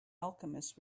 alchemist